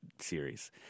series